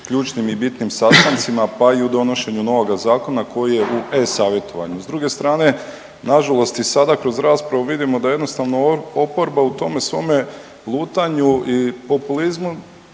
ključnim i bitnim sastancima pa i u donošenju nova zakona koji je u e-savjetovanju. S druge strane nažalost i sada kroz raspravu vidimo da jednostavno oporba u tome svome lutanju i populizmu